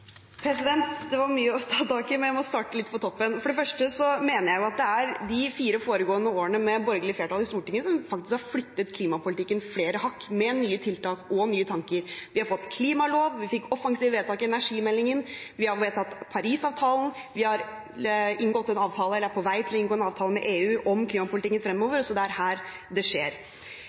var det mye å ta tak i, men jeg må starte litt på toppen. For det første mener jeg det er de fire foregående årene med borgerlig flertall i Stortinget som faktisk har flyttet klimapolitikken flere hakk, med nye tiltak og nye tanker: Vi har fått en klimalov, vi fikk offensive vedtak i energimeldingen, vi har vedtatt Parisavtalen, og vi er på vei til å inngå en avtale med EU om klimapolitikken fremover. Så det er her det skjer.